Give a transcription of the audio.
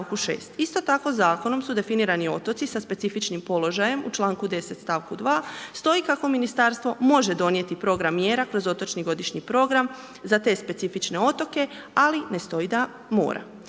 Isto tako Zakonom su definirani otoci sa specifičnim položajem u čl. 10., st. 2. stoji kako Ministarstvo može donijeti program mjera kroz otočni godišnji program za te specifične otoke, ali ne stoji da mora.